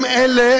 הם אלה